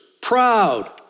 proud